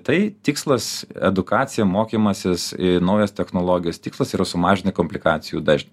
tai tikslas edukacija mokymasis iii naujos technologijos tikslas yra sumažinti komplikacijų dažnį